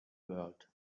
world